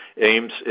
aims